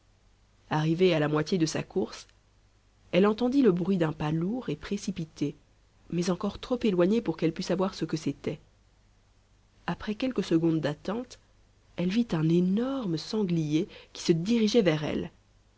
arrivée à la moitié de sa course elle entendit le bruit d'un pas lourd et précipité mais encore trop éloigné pour qu'elle pût savoir ce que c'était après quelques secondes d'attente elle vit un énorme sanglier qui se dirigeait vers elle